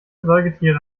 säugetiere